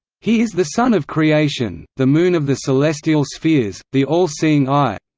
he is the sun of creation, the moon of the celestial spheres, the all-seeing eye.